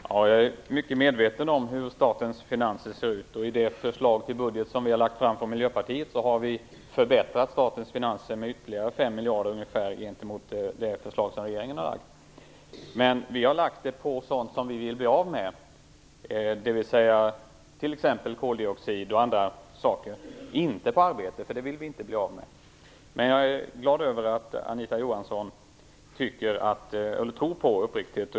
Fru talman! Jag är mycket medveten om hur statens finanser ser ut. I det förslag till budget som vi har lagt fram från Miljöpartiet har vi förbättrat statens finanser med ungefär ytterligare 5 miljarder gentemot det förslag som regeringen har lagt fram. Men vi har lagt ökade skatter på sådant som vi vill bli av med, t.ex. koldioxid och andra saker, inte på arbete, för det vill vi inte bli av med. Men jag är glad över att Anita Johansson tror uppriktigt på skatteväxling.